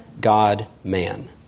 God-man